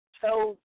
tell